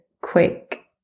quick